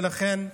ולכן,